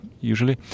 usually